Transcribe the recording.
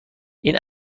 این